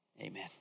Amen